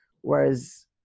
Whereas